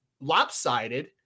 lopsided